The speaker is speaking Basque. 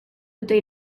dute